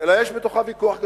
אלא יש בתוכה ויכוח גדול.